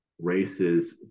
races